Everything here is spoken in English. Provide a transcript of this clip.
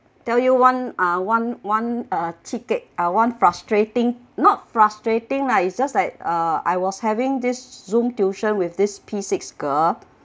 tell you one uh one one uh ticket uh one frustrating not frustrating lah it's just like uh I was having this zoom tuition with this P six girl